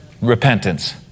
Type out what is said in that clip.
repentance